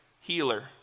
healer